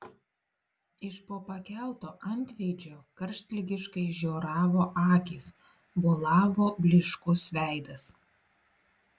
iš po pakelto antveidžio karštligiškai žioravo akys bolavo blyškus veidas